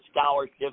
scholarship